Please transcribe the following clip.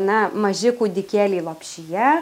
na maži kūdikėliai lopšyje